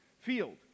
field